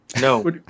No